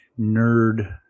nerd